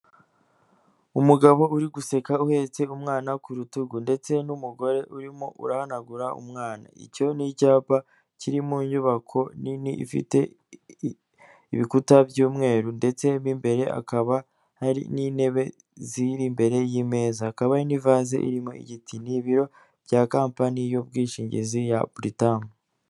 Umugabo uri guseka uhetse umwana ku rutugu ndetse n'umugore urimo urahanagura umwana, icyo ni icyapa kiri mu nyubako nini ifite ibikuta by'umweru ndetse mo imbere hakaba hari n'intebe ziri imbere y'imeza, hakaba hari n'ivaze irimo igiti, ni ibiro bya kampani y'ubwishingizi ya BRITUM.